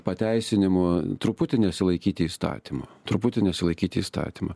pateisinimų truputį nesilaikyti įstatymų truputį nesilaikyti įstatymų